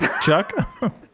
Chuck